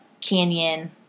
canyon